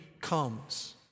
comes